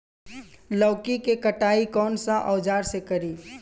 लौकी के कटाई कौन सा औजार से करी?